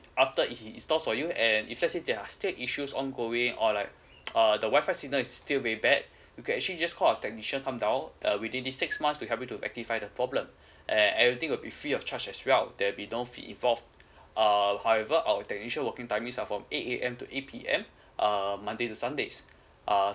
after he install for you and if let's say there are still issues ongoing or like uh the wifi signal is still very bad you can actually just call our technician come down uh within this six months to help you to rectify the problem and everything will be free of charge as well there be no fee involved err however our technician working timing is uh from eight A_M to eight P_M monday to sunday uh